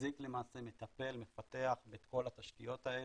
מחזיק למעשה, מטפל, מפתח את כל התשתיות האלה.